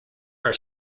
are